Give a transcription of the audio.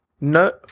No